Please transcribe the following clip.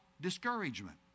discouragement